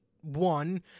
one